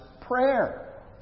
prayer